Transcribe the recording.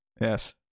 Yes